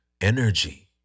energy